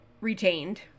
Retained